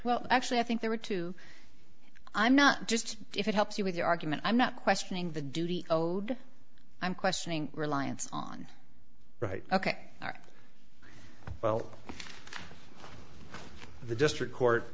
well actually i think there were two i'm not just if it helps you with your argument i'm not questioning the duty oh i'm questioning reliance on right ok well the district court